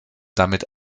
damit